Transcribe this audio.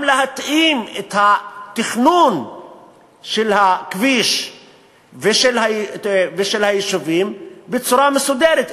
גם להתאים את התכנון של הכביש ושל היישובים בצורה מסודרת,